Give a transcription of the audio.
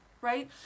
Right